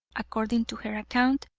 according to her account,